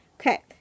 Okay